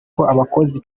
abakozi